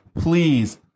please